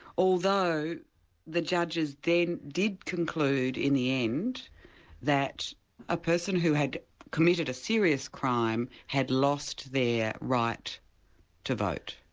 although the judges then did conclude in the end that a person who had committed a serious crime had lost their right to vote.